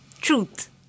truth